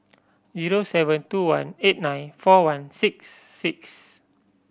zero seven two one eight nine four one six six